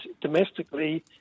domestically